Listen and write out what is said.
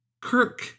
Kirk